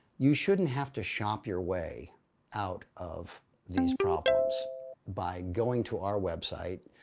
you shouldn't have to shop your way out of these problems by going to our website.